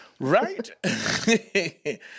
Right